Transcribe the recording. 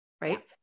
right